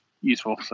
useful